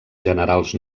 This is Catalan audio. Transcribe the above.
generals